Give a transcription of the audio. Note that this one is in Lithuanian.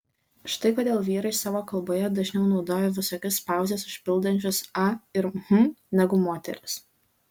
štai kodėl vyrai savo kalboje dažniau naudoja visokius pauzes užpildančius a ir hm negu moterys